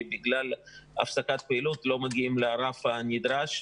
כי בגלל הפסקת הפעילות לא מגיעים לרף הנדרש.